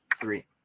three